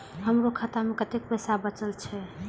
हमरो खाता में कतेक पैसा बचल छे?